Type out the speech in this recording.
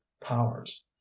powers